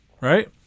right